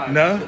no